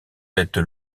êtes